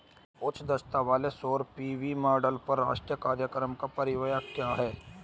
उच्च दक्षता वाले सौर पी.वी मॉड्यूल पर राष्ट्रीय कार्यक्रम का परिव्यय क्या है?